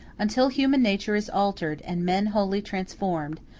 until human nature is altered, and men wholly transformed,